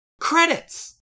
Credits